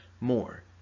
more